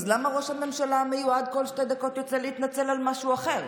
למה ראש הממשלה המיועד יוצא להתנצל בכל שתי דקות על משהו אחר?